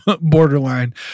borderline